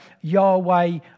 Yahweh